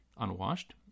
unwashed